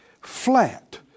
flat